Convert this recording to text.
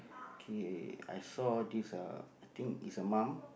K I saw this uh I think is a mum